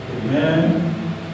Amen